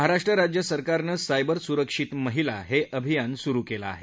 महाराष्ट्र राज्य सरकारनं सायबर सुरक्षित महिला हे अभियान सुरू केलं आहे